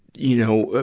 you know,